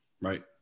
right